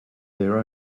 their